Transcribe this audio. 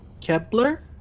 Kepler